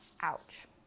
Ouch